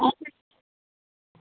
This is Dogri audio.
आं ते